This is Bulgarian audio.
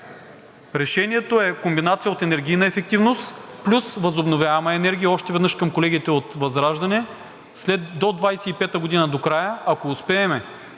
Решението е комбинация от енергийна ефективност плюс възобновяема енергия. Още веднъж към колегите от ВЪЗРАЖДАНЕ, до 2025 г. – до края, ако успеем